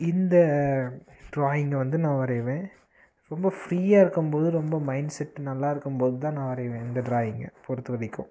இந்த டிராயிங்கை வந்து நான் வரைவேன் ரொம்ப ஃப்ரீயாக இருக்கும்போது ரொம்ப மைண்ட்செட் நல்லா இருக்கும்போது தான் நான் வரைவேன் இந்த டிராயிங்கை பொறுத்த வரைக்கும்